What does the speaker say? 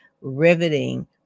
riveting